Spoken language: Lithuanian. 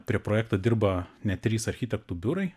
prie projekto dirba net trys architektų biurai